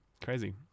crazy